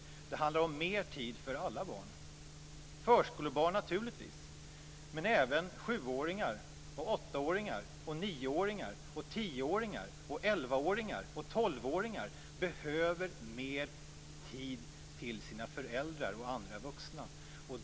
Det handlar om mer tid för alla barn. Det handlar om förskolebarn naturligtvis. Men även sjuåringar, åttaåringar, nioåringar, tioåringar, elvaåringar och tolvåringar behöver mer tid med sina föräldrar och andra vuxna.